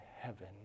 heaven